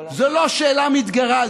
זו לא שאלה מתגרה,